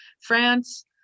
France